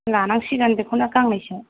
लानांसिगोन बेखौनो गांनैसो